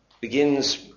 begins